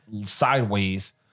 sideways